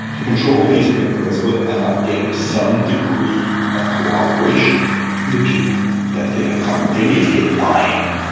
to control these areas without getting some degree of cooperation from the people that they have conquered. they need to get buy-in.